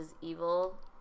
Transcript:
evil